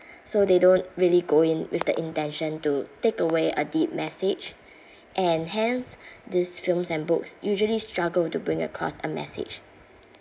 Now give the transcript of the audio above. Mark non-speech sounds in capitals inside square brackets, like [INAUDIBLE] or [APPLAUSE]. so they don't really go in with the intention to take away a deep message [BREATH] and hence these films and books usually struggle to bring across a message